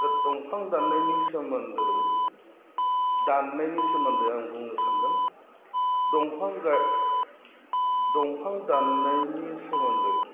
दा दंफां दाननायनि सोमोन्दोयै दाननायनि सोमोन्दै आं बुंनो सान्दों दंफां गाइ दंफां दाननायनि सोमोन्दै